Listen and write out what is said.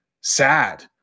sad